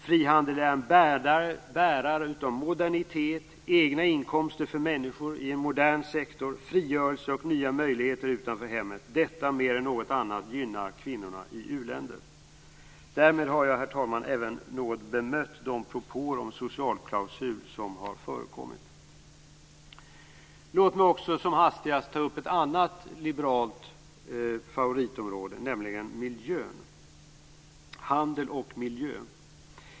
Frihandel är en bärare av modernitet, egna inkomster för människor i en modern sektor, frigörelse och nya möjligheter utanför hemmet. Detta mer än något annat gynnar kvinnorna i u-länder. Därmed har jag, herr talman, även något bemött de propåer om socialklausul som har förekommit. Låt mig också som hastigast ta upp ett annat liberalt favoritområde, nämligen handel och miljö.